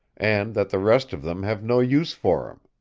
and that the rest of them have no use for him.